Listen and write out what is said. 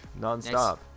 nonstop